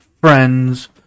Friends